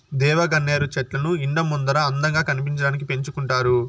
దేవగన్నేరు చెట్లను ఇండ్ల ముందర అందంగా కనిపించడానికి పెంచుకుంటారు